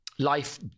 Life